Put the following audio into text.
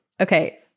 Okay